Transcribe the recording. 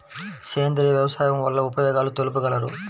సేంద్రియ వ్యవసాయం వల్ల ఉపయోగాలు తెలుపగలరు?